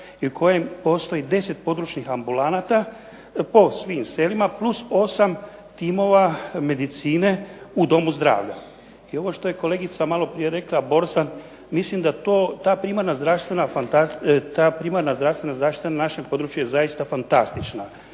u kojoj postoji 10 područnih ambulanata po svim selima plus osam timova medicine u domu zdravlja. I ovo što je kolegica malo prije rekla Borzan mislim da to, ta primarna zdravstvene zaštita je na našem području zaista fantastična.